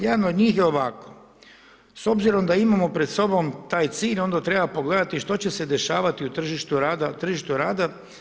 Jedan od njih je ovako: „S obzirom da imamo pred sobom taj cilj onda treba pogledati što će se dešavati u tržištu rada.